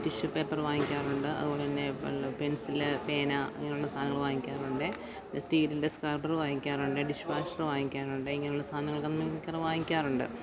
tissue paper വാങ്ങിക്കാറുണ്ട് അതുപോലെ തന്നെ പെൻസിൽ പേന ഇങ്ങനെയുള്ള സാധനങ്ങൾ വാങ്ങിക്കാറുണ്ട് സ്റ്റീലിൻ്റെ സ്ക്രബ്ബർ വാങ്ങിക്കാറുണ്ട് ഡിഷ് വാഷ് വാങ്ങിക്കാറുണ്ട് ഇങ്ങനെയുള്ള സാധനങ്ങളൊക്കെ മിക്കവാറും വാങ്ങിക്കാറുണ്ട്